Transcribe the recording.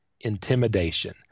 intimidation